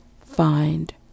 find